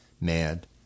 mad